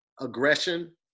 aggression